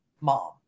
mom